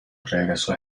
regresó